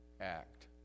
act